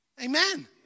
amen